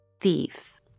thief